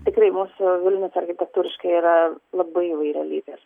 tikrai mūsų vilnius architektūriškai yra labai įvairialypis